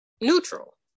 neutral